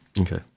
Okay